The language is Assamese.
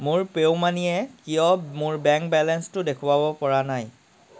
মোৰ পে' ইউ মানিয়ে কিয় মোৰ বেংক বেলেঞ্চটো দেখুৱাব পৰা নাই